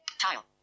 Tile